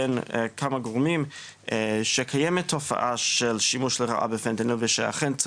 בין כמה גורמים שקיימת תופעה של שימוש לרעה בפנטניל ושאכן,